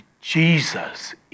Jesus